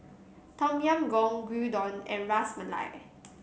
Tom Yam Goong Gyudon and Ras Malai